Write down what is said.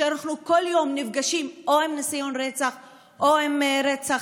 כשאנחנו כל יום נפגשים עם ניסיון רצח או עם רצח,